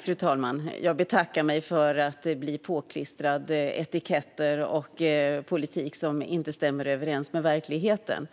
Fru talman! Jag betackar mig för att bli påklistrad etiketter och politik som inte stämmer överens med verkligheten.